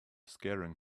scaring